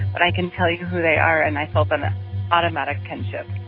but i can tell you who they are. and i felt an automatic kinship